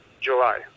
July